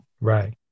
Right